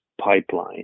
pipeline